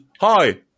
hi